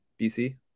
BC